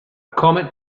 comet